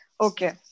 Okay